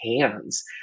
hands